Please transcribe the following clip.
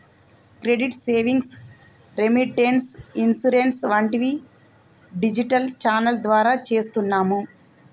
credit savings, remittance, insurance వంటివి digital channel ద్వారా చేస్తున్నాము